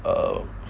err